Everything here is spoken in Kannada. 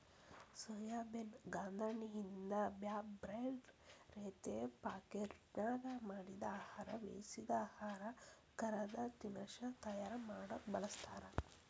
ಸೋಯಾಬೇನ್ ಗಾಂದೇಣ್ಣಿಯಿಂದ ಬ್ಯಾರ್ಬ್ಯಾರೇ ರೇತಿ ಪಾಕೇಟ್ನ್ಯಾಗ ಮಾಡಿದ ಆಹಾರ, ಬೇಯಿಸಿದ ಆಹಾರ, ಕರದ ತಿನಸಾ ತಯಾರ ಮಾಡಕ್ ಬಳಸ್ತಾರ